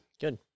Good